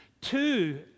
Two